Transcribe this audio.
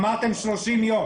זה ממש לא הגיוני.